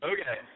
Okay